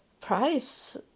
price